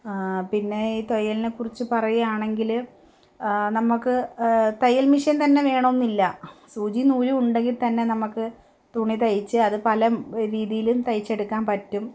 പിന്നെ ഈ തൊഴിലിനെക്കുറിച്ച് പറയുകയാണെങ്കിൽ നമുക്ക് തയ്യൽ മഷീൻ തന്നെ വേണമെന്നില്ല സൂചി നൂല് ഉണ്ടെങ്കിൽ തന്നെ നമുക്ക് തുണി തയ്ച്ച് അത് പല രീതിയിലും തയ്ച്ചെടുക്കാൻ പറ്റും